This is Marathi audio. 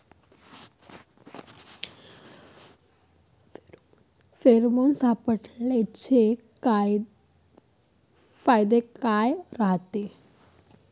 फेरोमोन सापळ्याचे फायदे काय रायते?